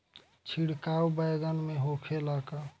छिड़काव बैगन में होखे ला का?